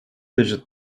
digit